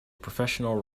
professional